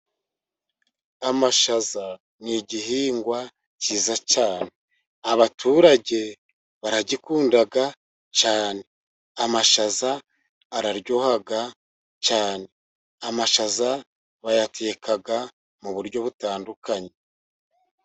Amashaza ni igihingwa cyiza cyane. Abaturage baragikunda cyane. Amashaza araryoha cyane. Amashaza bayateka mu buryo butandukanye.